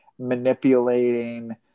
manipulating